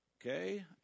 Okay